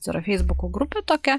tai yra feisbuko grupė tokia